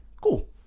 Cool